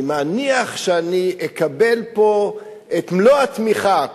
אני מניח שאני אקבל פה את מלוא התמיכה.